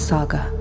Saga